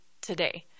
today